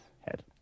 head